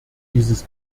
dieses